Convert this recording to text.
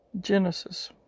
Genesis